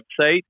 website